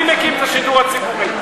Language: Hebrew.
אני מקים את השידור הציבורי.